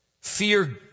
Fear